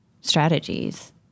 strategies